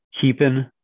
keeping